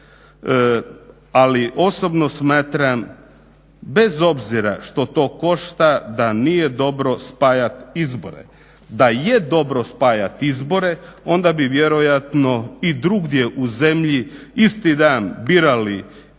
ali osobno smatram bez obzira što to košta da nije dobro spajat izbore. Da je dobro spajat izbore onda bi vjerojatno i drugdje u zemlji isti dan birali i svoje